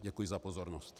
Děkuji za pozornost.